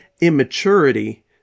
immaturity